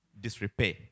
disrepair